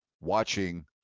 watching